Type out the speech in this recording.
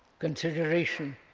consideration,